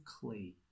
clay